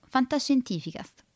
Fantascientificast